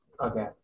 Okay